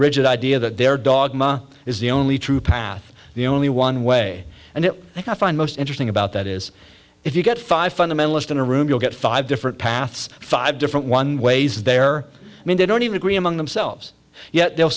rigid idea that their dog is the only true path the only one way and it i find most interesting about that is if you get five fundamentalist in a room you'll get five different paths five different one ways there i mean they don't even agree among themselves yet they